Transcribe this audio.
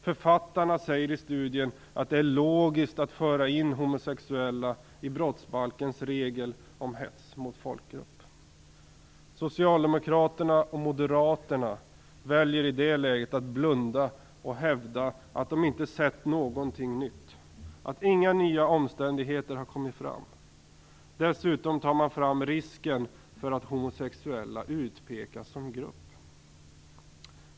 Författarna säger i studien att det är logiskt att föra in homosexuella i brottsbalkens regel om hets mot folkgrupp. Socialdemokraterna och Moderaterna väljer i det läget att blunda och att hävda att de inte sett någonting nytt, att inga nya omständigheter har kommit fram. Dessutom håller man fram risken för att homosexuella utpekas som grupp.